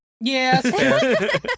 Yes